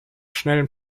schnellen